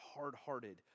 hard-hearted